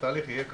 התהליך יהיה ככה,